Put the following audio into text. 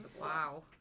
Wow